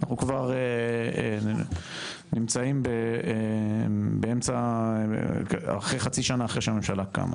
אנחנו כבר נמצאים כבר חצי שנה, אחרי שהממשלה קמה.